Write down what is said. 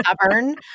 stubborn